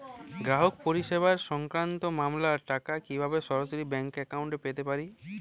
গ্রাহক পরিষেবা সংক্রান্ত মামলার টাকা কীভাবে সরাসরি ব্যাংক অ্যাকাউন্টে পেতে পারি?